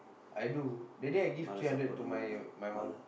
I do that day I give three hundred to my my mom